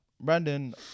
Brandon